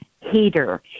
heater